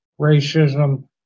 racism